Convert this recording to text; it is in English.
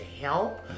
help